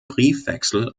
briefwechsel